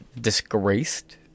disgraced